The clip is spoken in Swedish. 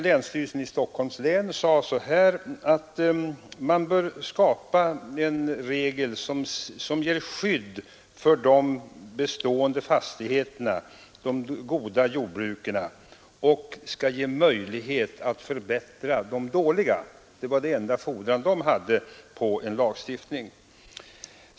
Länsstyrelsen i Stockholms län sade att man bör skapa en regel som ger skydd för de bestående fastigheterna, de goda jordbruken, och som gav möjlighet att förbättra de dåliga. Det var deras enda krav på en lagstiftning.